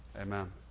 amen